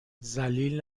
ذلیل